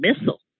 missile